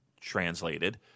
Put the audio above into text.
translated